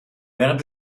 während